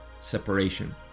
separation